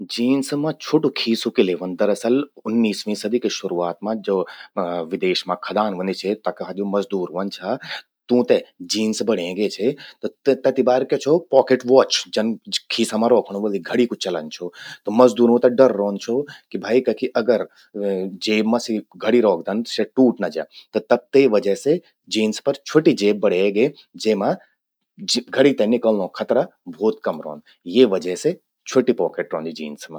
जींस मां छ्वोटु खींसु किले व्हंद। दरअसल उन्नीसवीं सदी की शुरुआत मां ज्वो विदेश मां खदान व्हंदी छे, तो ज्वो मजदूर व्हंद छा, तूंते जींस बणंयी गे छे। तति बार क्या छो, पॉकेट वॉच, जन खीसा मां रौखण वलि घड़ि कू चलन छो। त मजदूरों ते डर रौंद छो कि भई कखि अगर जेब मां सि घड़ी रौखदन, स्या टूट ना जा। तब ते वजह से जींस पर छ्वोटि जेब बणयिं गे। जेमां घड़ि ते निकल्लों खतरा भौत कम रौंद। ये वजह से छ्वोटि पॉकेट रौंदि जींस मां।